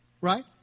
right